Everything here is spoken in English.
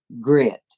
grit